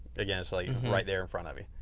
again it's like right there in front of me.